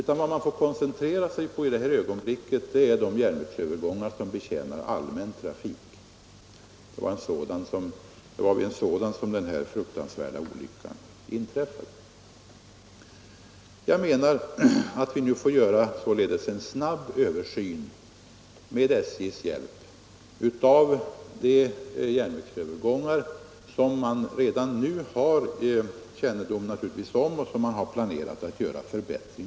Man får i stället för ögonblicket koncentrera sig på de järnvägsövergångar som betjänar allmän trafik; det var vid en sådan som den här fruktansvärda olyckan inträffade. 85 Jag menar att vi således nu får göra en snabb översyn, med SJ:s hjälp, av de järnvägsövergångar som man redan nu vet är farliga och som man har planerat att förbättra.